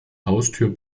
haustür